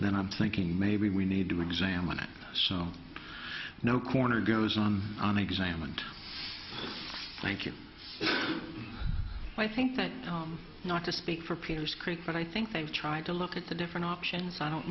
then i'm thinking maybe we need to examine it so no corner goes on on exam and thank you i think that not to speak for peter's creek but i think they've tried to look at the different options i don't